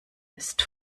ist